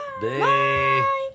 Bye